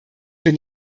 bin